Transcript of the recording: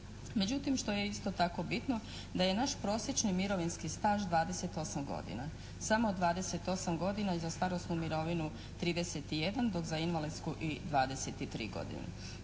Međutim što je isto tako bitno, da je naš prosječni mirovinski staž 28 godina. Samo 28 godina i za starosnu mirovinu 31, dok za invalidsku 23 godine.